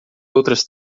outras